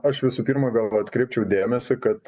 aš visų pirma gal atkreipčiau dėmesį kad